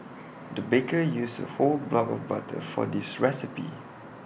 the baker used A whole block of butter for this recipe